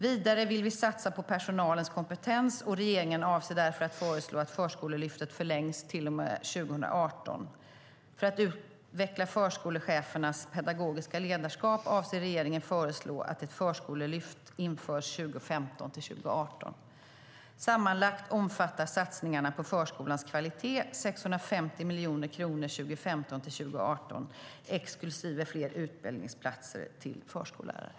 Vidare vill vi satsa på personalens kompetens. Regeringen avser därför att föreslå att Förskolelyftet förlängs till och med 2018. För att utveckla förskolechefernas pedagogiska ledarskap avser regeringen att föreslå att ett förskolechefslyft införs 2015-2018. Sammanlagt omfattar satsningarna på förskolans kvalitet 650 miljoner kronor 2015-2018, exklusive fler utbildningsplatser till förskollärare.